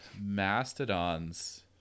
Mastodon's